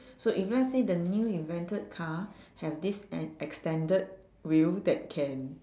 so if let's say the new invented car have this an extended wheel that can